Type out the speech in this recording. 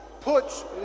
puts